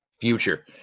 future